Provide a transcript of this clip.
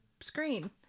screen